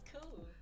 cool